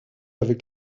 avec